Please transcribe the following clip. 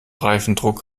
reifendruck